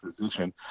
position